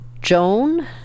Joan